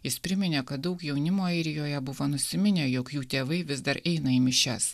jis priminė kad daug jaunimo airijoje buvo nusiminę jog jų tėvai vis dar eina į mišias